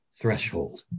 threshold